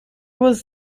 was